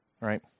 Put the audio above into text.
right